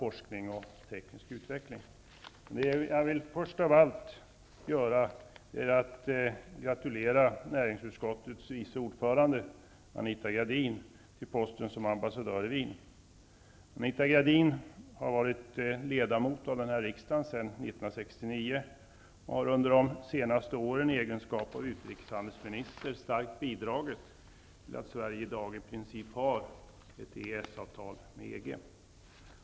Först av allt vill jag gratulera näringsutskottets vice ordförande Anita Gradin till posten som ambassadör i Wien. Anita Gradin har varit ledamot av riksdagen sedan 1969. Under de senaste åren har hon i egenskap av utrikeshandelsminister starkt bidragit till att Sverige i dag i princip har ett EES avtal med EG.